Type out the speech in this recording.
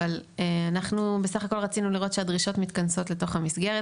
אבל אנחנו רצינו לראות שהדרישות מתכנסות לתוך המסגרת,